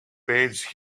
page